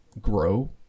grow